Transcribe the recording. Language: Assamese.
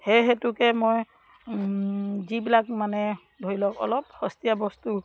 সেই হেতুকে মই যিবিলাক মানে ধৰি লওক অলপ সস্তীয়া বস্তু